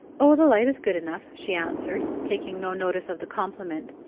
oh, the light is good enough, she answered, taking no notice of the compliment.